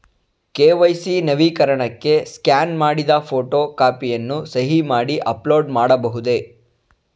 KYC ನವೀಕರಣಕ್ಕೆ scan ಮಾಡಿದ photo ಕಾಪಿಯನ್ನು ಸಹಿ ಮಾಡಿ ಅಪ್ಲೋಡ್ ಮಾಡಬಹುದೇ?